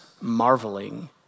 marveling